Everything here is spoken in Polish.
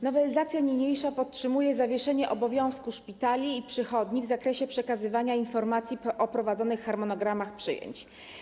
Nowelizacja niniejsza podtrzymuje zawieszenie obowiązku szpitali i przychodni w zakresie przekazywania informacji o prowadzonych harmonogramach przyjęć.